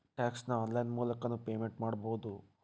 tax ನ online ಮೂಲಕನೂ payment ಮಾಡಬೌದು